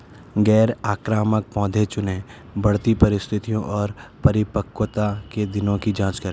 गैर आक्रामक पौधे चुनें, बढ़ती परिस्थितियों और परिपक्वता के दिनों की जाँच करें